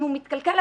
אם המסוף מתקלקל,